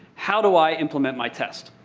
how do i implement my test?